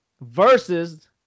Versus